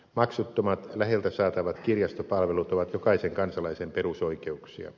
maksuttomat läheltä saatavat kirjastopalvelut ovat jokaisen kansalaisen perusoikeuksia